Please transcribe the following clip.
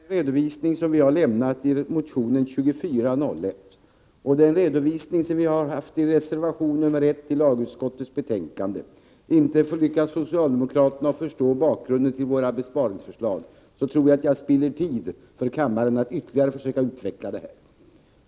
Herr talman! Om jag genom den redovisning jag lämnat i motionen 2401 och redovisningen i reservation 1 till lagutskottets betänkande inte lyckats få socialdemokraterna att förstå bakgrunden till våra besparingsförslag tror jag att jag spiller tid för kammaren om jag försöker att ytterligare utveckla mina tankegångar.